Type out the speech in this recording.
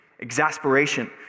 exasperation